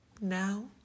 Now